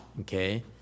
Okay